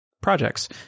projects